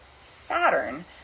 Saturn